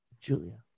Julia